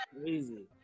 crazy